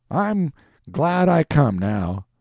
i'm glad i come, now.